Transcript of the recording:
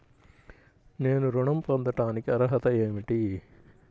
నేను ఋణం పొందటానికి అర్హత ఏమిటి?